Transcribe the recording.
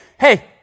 Hey